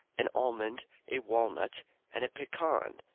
an almond, a walnut and a pecan.